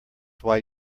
why